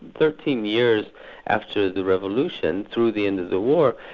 thirteen years after the revolution, through the end of the war,